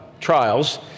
trials